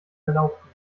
erlaubten